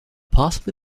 possibly